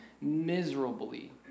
miserably